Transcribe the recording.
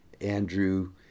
Andrew